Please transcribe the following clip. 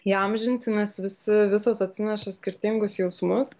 įamžinti nes visi visos atsineša skirtingus jausmus